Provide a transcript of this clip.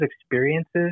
experiences